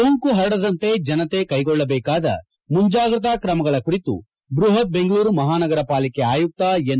ಸೋಂಕು ಪರಡದಂತೆ ಜನತೆ ಕೈಗೊಳ್ಳಬೇಕಾದ ಮುಂಜಾಗ್ರತಾ ಕ್ರಮಗಳ ಕುರಿತು ಬೃಪತ್ ಬೆಂಗಳೂರು ಮಹಾನಗರ ಪಾಲಿಕೆ ಆಯುಕ್ತ ಎನ್